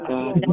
God